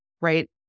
right